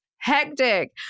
Hectic